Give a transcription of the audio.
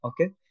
Okay